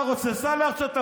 אתה רוצה, סע לארצות הברית,